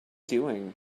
doing